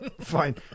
fine